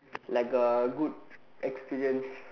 like a good experience